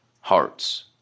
hearts